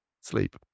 sleep